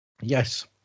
Yes